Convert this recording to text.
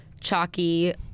chalky